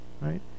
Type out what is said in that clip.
right